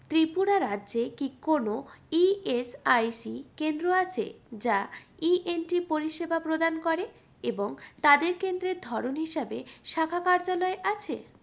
ত্রিপুরা রাজ্যে কি কোনও ইএসআইসি কেন্দ্র আছে যা ইএনটি পরিষেবা প্রদান করে এবং তাদের কেন্দ্রের ধরন হিসাবে শাখা কার্যালয় আছে